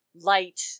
light